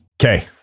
Okay